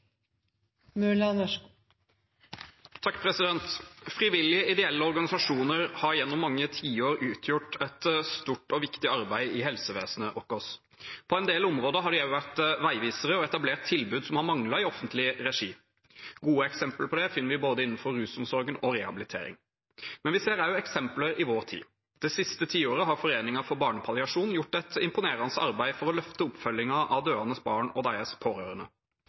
viktig arbeid i helsevesenet vårt. På en del områder har de også vært veivisere og etablert tilbud som har manglet i offentlig regi. Gode eksempler på det finner vi innenfor både rusomsorg og rehabilitering. Men vi ser også eksempler i vår tid. Det siste tiåret har Foreningen for barnepalliasjon gjort et imponerende arbeid for å løfte oppfølgingen av døende barn og deres pårørende.